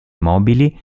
mobili